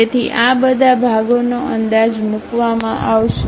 તેથી આ બધા ભાગોનો અંદાજ મૂકવામાં આવશે